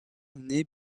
née